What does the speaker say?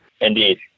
Indeed